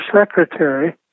secretary